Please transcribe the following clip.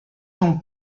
son